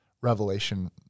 revelation